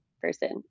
person